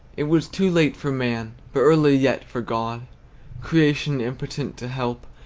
it was too late for man, but early yet for god creation impotent to help,